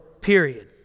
period